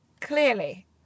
clearly